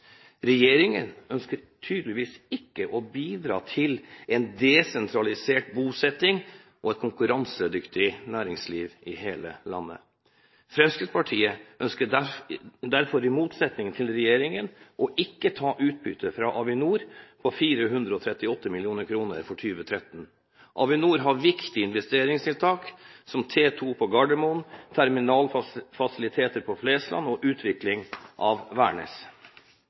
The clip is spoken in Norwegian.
Regjeringen ønsker tydeligvis ikke å bidra til en desentralisert bosetting og et konkurransedyktig næringsliv i hele landet. Fremskrittspartiet ønsker derfor – i motsetning til regjeringen – ikke å ta utbytte på 438 mill. kr for 2013 fra Avinor. Avinor har viktige investeringstiltak, som T2 på Gardermoen, terminalfasiliteter på Flesland og utvikling av